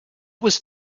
was